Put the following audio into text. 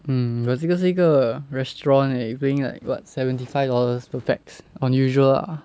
mm but 这个是一个 restaurant leh you're paying like what seventy five dollars per pax on usual lah